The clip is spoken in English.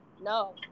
no